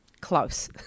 close